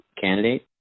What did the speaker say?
candidate